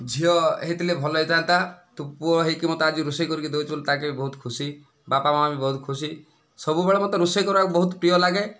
ଝିଅ ହୋଇଥିଲେ ଭଲ ହୋଇଥାନ୍ତା ତୁ ପୁଅ ହୋଇକି ମତେ ଆଜି ରୋଷେଇ କରିକି ଦେଉଛୁ ବୋଲି ତାଙ୍କେ ବି ବହୁତ ଖୁସି ବାପା ମା' ବି ବହୁତ ଖୁସି ସବୁବେଳେ ମତେ ରୋଷେଇ କରିବାକୁ ବହୁତ ପ୍ରିୟ ଲାଗେ